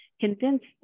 convinced